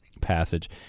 passage